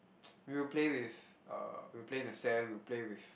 and we'll play with uh we'll play in the sand we'll play with